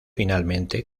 finalmente